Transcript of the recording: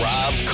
Rob